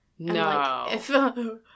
No